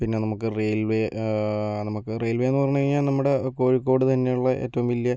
പിന്നെ നമുക്ക് റെയിൽവേ നമുക്ക് റെയിൽവേ എന്ന് പറഞ്ഞു കഴിഞ്ഞാൽ നമ്മുടെ കോഴിക്കോട് തന്നെയുള്ള ഏറ്റവും വലിയ